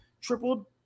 tripled